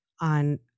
on